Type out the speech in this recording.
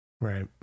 Right